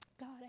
God